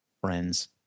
friends